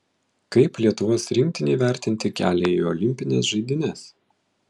kaip lietuvos rinktinei vertinti kelią į olimpines žaidynes